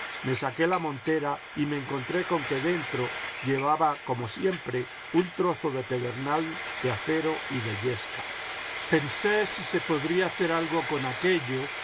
me saqué la montera y me encontré con que dentro llevaba como siempre un trozo de pedernal de acero y de yesca pensé si se podría hacer algo con aquello